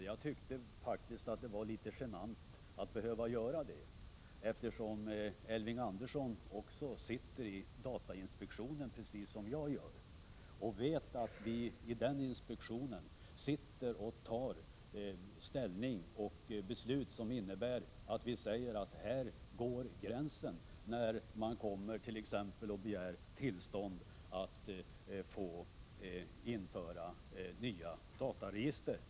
Jag tyckte att det var litet genant att behöva göra det, eftersom Elving Andersson, precis som jag, sitter i datainspektionen och vet att vi där tar ställning och fattar beslut som innebär att gränser sätts bl.a. för dem som begär tillstånd att införa nya dataregister.